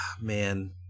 man